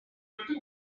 hanyu